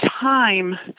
time